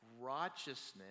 righteousness